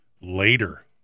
later